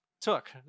took